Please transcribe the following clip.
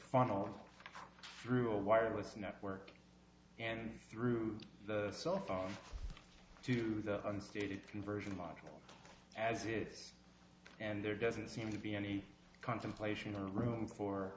funneled through a wireless network and through the cell phone to the unstated conversion model as it's and there doesn't seem to be any contemplation or room for